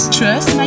Trust